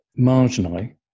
Marginally